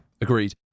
agreed